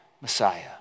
Messiah